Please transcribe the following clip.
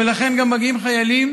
ולכן גם מגיעים חיילים